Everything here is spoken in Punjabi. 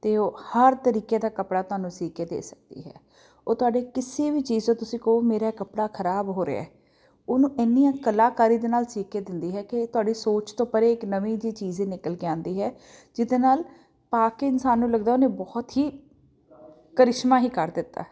ਅਤੇ ਉਹ ਹਰ ਤਰੀਕੇ ਦਾ ਕੱਪੜਾ ਤੁਹਾਨੂੰ ਸੀਕੇ ਦੇ ਸਕਦੀ ਹੈ ਉਹ ਤੁਹਾਡੇ ਕਿਸੇ ਵੀ ਚੀਜ਼ 'ਤੇ ਤੁਸੀਂ ਕਹੋ ਮੇਰਾ ਕੱਪੜਾ ਖਰਾਬ ਹੋ ਰਿਹਾ ਉਹਨੂੰ ਇੰਨੀ ਕਲਾਕਾਰੀ ਦੇ ਨਾਲ ਸੀਕੇ ਦਿੰਦੀ ਹੈ ਕਿ ਤੁਹਾਡੀ ਸੋਚ ਤੋਂ ਪਰੇ ਇੱਕ ਨਵੀਂ ਜਿਹੀ ਚੀਜ਼ ਨਿਕਲ ਕੇ ਆਉਂਦੀ ਹੈ ਜਿਹਦੇ ਨਾਲ ਪਾ ਕੇ ਇਨਸਾਨ ਨੂੰ ਲੱਗਦਾ ਉਹਨੇ ਬਹੁਤ ਹੀ ਕਰਿਸ਼ਮਾ ਹੀ ਕਰ ਦਿੱਤਾ ਹੈ